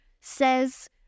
says